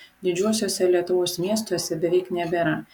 didžiuosiuose lietuvos miestuose beveik nebėra